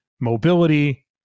mobility